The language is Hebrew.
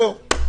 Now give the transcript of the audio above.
זהו.